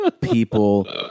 people